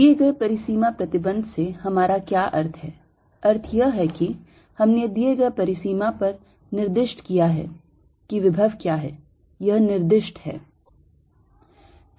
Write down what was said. दिए गए परिसीमा प्रतिबंध से हमारा क्या अर्थ है अर्थ यह है कि हमने दिए गए परिसीमा पर निर्दिष्ट किया है कि विभव क्या है यह निर्दिष्ट है